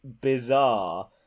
bizarre